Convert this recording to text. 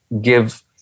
give